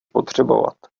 potřebovat